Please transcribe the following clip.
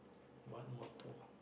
what motto